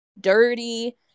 dirty